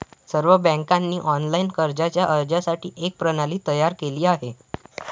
सर्व बँकांनी ऑनलाइन कर्जाच्या अर्जासाठी एक प्रणाली तयार केली आहे